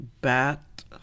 Bat